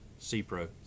C-Pro